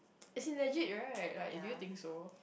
as in legit right like do you think so